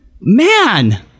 man